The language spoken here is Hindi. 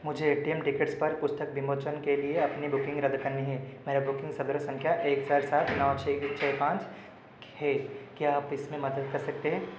मुझे ए टी एम टिकेट्स पर पुस्तक विमोचन के लिए अपनी बुकिंग रद्द करनी है मेरी बुकिंग संदर्भ संख्या एक चार सात नौ छः पाँच है क्या आप इसमें मदद कर सकते हैं